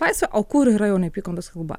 laisvė o kur yra jau neapykantos kalba